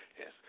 yes